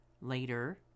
later